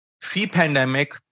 pre-pandemic